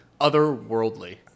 otherworldly